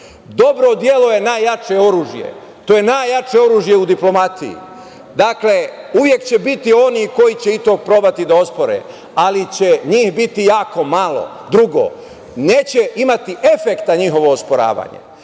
Dobro delo je najjače oružje, to je najjače oružje u diplomatiji. Dakle, uvek će biti onih koji će i to probati da ospore, ali će njih biti jako malo. Drugo, neće imati efekta njihovo osporavanje. Dakle,